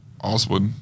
Oswald